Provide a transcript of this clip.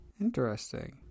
interesting